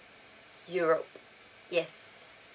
europe yes